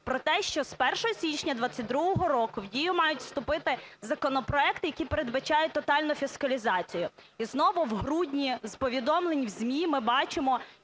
про те, що з 1 січня 22-го року в дію мають вступити законопроекти, які передбачають тотальну фіскалізацію. І знову в грудні з повідомлень в ЗМІ ми бачимо,